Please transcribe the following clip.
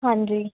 ਹਾਂਜੀ